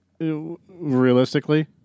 realistically